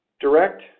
Direct